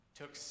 took